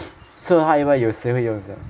so 他 even 有时会用这个